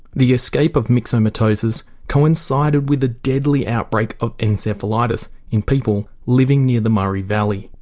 the escape of myxomatosis coincided with a deadly outbreak of encephalitis in people living near the murray valley.